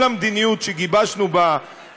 משהו שעובר כמעט פה אחד,